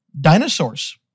dinosaurs